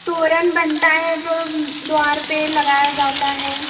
तोरन बनता है जो द्वार पर लगाया जाता है